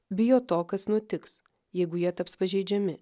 bijo to kas nutiks jeigu jie taps pažeidžiami